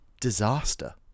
disaster